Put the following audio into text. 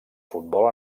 futbol